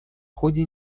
ходе